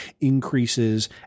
increases